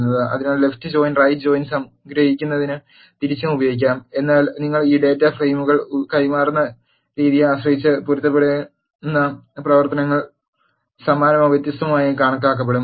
അതിനാൽ left join right join സംഗ്രഹിക്കുന്നതിന് തിരിച്ചും ഉപയോഗിക്കാം എന്നാൽ നിങ്ങൾ ഈ ഡാറ്റ ഫ്രെയിമുകൾ കൈമാറുന്ന രീതിയെ ആശ്രയിച്ച് പൊരുത്തപ്പെടുന്ന പ്രവർത്തനങ്ങൾ സമാനമോ വ്യത്യസ്തമോ ആയി കാണപ്പെടും